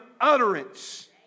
utterance